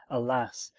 alas,